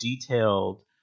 detailed